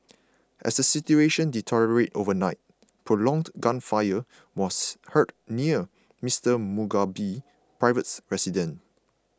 as the situation deteriorated overnight prolonged gunfire was heard near Mister Mugabe's private residence